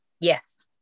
Yes